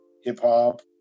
hip-hop